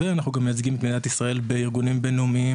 ואנחנו גם מייצגים את מדינת ישראל בארגונים בינלאומיים,